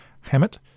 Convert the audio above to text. Hammett